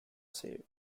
safe